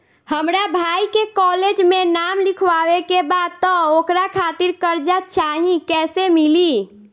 हमरा भाई के कॉलेज मे नाम लिखावे के बा त ओकरा खातिर कर्जा चाही कैसे मिली?